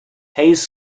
hayes